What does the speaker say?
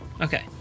Okay